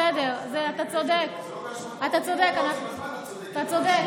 זה לא באשמתו, בסדר, אתה צודק, אתה צודק.